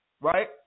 right